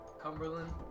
Cumberland